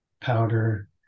powder